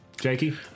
Jakey